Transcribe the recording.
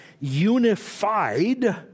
unified